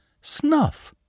Snuff